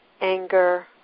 Anger